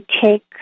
take